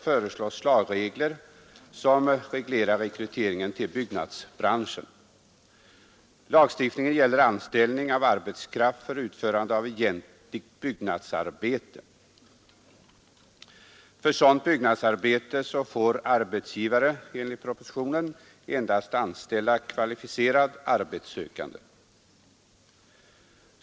För sådant byggnadsarbete får arbetsgivare, enligt propositionen, endast anställa kvalificerad arbetssökande.